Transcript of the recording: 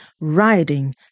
riding